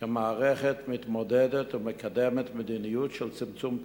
כמערכת, מתמודדת ומקדמת מדיניות של צמצום פערים.